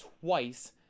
twice